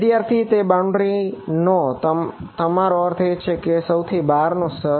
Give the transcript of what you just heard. વિદ્યાર્થી તેથી બાઉન્ડ્રી નો તમારો અર્થ છે કે સૌથી બહારનું સ્તર